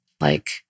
like-